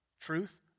Truth